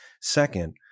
Second